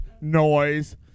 noise